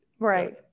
Right